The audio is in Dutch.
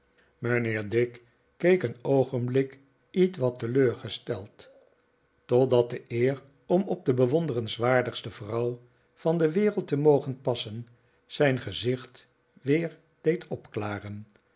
mijnheer dick keek een oogenblik ietwat teleurgesteld totdat de eer om op de bewonderenswaardigste vrouw van de wereld te mogen passen zijn gezicht weer deed opklaren